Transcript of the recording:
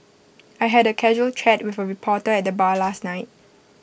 I had A casual chat with A reporter at the bar last night